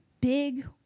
big